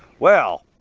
well.